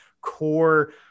core